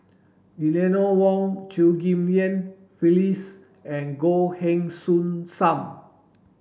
Eleanor Wong Chew Ghim Lian Phyllis and Goh Heng Soon Sam